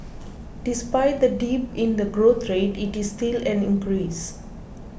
despite the dip in the growth rate it is still an increase